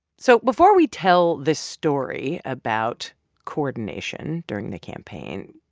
so before we tell this story about coordination during the campaign,